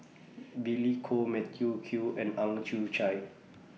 Billy Koh Matthew Ngui and Ang Chwee Chai